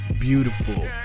beautiful